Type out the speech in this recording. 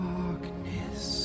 Darkness